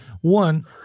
one